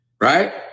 Right